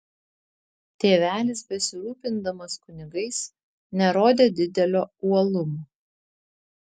tėvelis besirūpindamas kunigais nerodė didelio uolumo